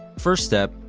first step,